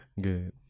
good